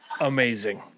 amazing